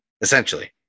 essentially